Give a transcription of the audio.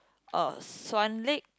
uh Swan-Lake